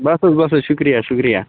بَس حظ بَس حظ شُکریہ شُکریہ